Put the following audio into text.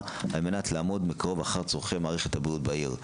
על מנת לעמוד מקרוב אחר צורכי מערכת הבריאות בעיר.